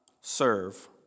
serve